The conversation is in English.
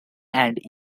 and